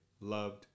loved